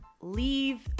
leave